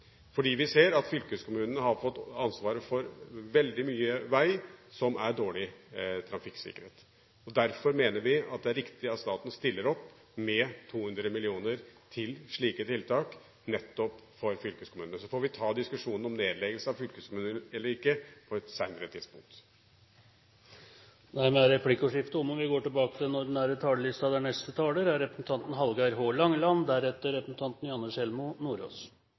Vi ser at fylkeskommunene har fått ansvaret for veldig mye vei, som gir dårlig trafikksikkerhet. Derfor mener vi det er viktig at staten stiller opp med 200 mill. kr til slike tiltak til nettopp fylkeskommunene. Så får vi ta diskusjonen om nedleggelse av fylkeskommunene eller ikke på et senere tidspunkt. Dermed er replikkordskiftet omme.